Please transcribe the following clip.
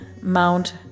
Mount